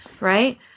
right